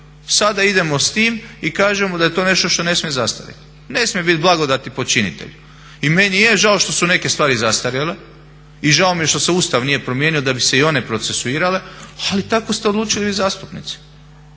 Sada idemo s tim i kažemo da je to nešto što ne smije zastariti, ne smije biti blagodati počinitelju. I meni je žao što su neke stvari zastarjele i žao mi je što se Ustav nije promijenio da bi se i one procesuirale, ali tako ste odlučili vi zastupnici.